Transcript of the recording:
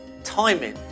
timing